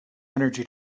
energy